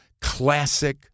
classic